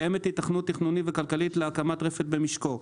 קיימת היתכנות תכנונית וכלכלית להקמת רפת במשקו,